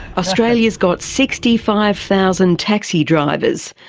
australia's got sixty five thousand taxi drivers,